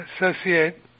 associate